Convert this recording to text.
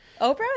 Oprah